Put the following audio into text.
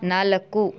ನಾಲ್ಕು